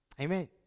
Amen